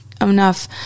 enough